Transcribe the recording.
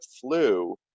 flu